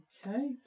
Okay